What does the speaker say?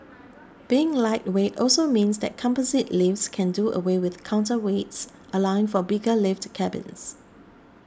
being lightweight also means that composite lifts can do away with counterweights allowing for bigger lift cabins